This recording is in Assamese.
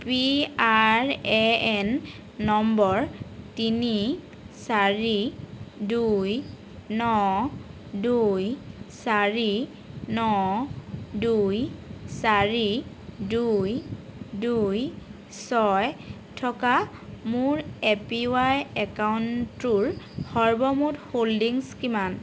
P R A N number তিনি চাৰি দুই ন দুই চাৰি ন দুই চাৰি দুই দুই ছয় থকা মোৰ এ পি ৱাই একাউণ্টটোৰ সৰ্বমুঠ হোল্ডিংছ কিমান